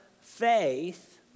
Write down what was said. faith